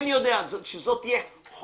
כן יודע, שזו תהיה חובה,